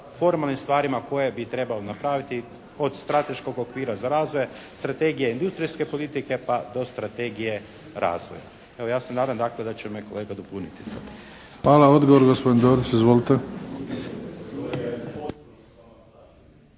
formalnim stvarima koje bi trebao napraviti od strateškog okvira za razvoje, strategije industrijske politike pa do strategije razvoja. Evo ja se nadam dakle da će me kolega dopuniti sada. **Bebić, Luka (HDZ)** Hvala. Odgovor, gospodin Dorić. Izvolite.